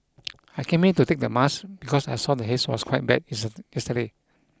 I came here to take the mask because I saw the haze was quite bad yesterday